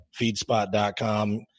feedspot.com –